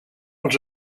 els